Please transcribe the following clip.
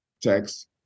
text